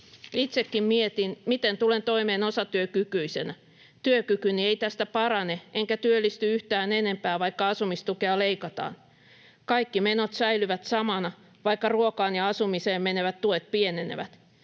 Itsekin mietin, miten tulen toimeen osatyökykyisenä. Työkykyni ei tästä parane, enkä työllisty yhtään enempää, vaikka asumistukea leikataan. Kaikki menot säilyvät samana, vaikka ruokaan ja asumiseen menevät tuet pienenevät.